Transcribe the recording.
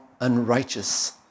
unrighteous